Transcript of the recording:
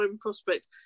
prospect